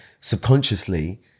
subconsciously